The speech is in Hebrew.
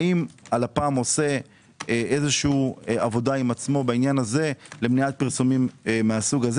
האם הלפ"ם עושה עבודה עם עצמו בעניין הזה למניעת פרסומים מסוג זה?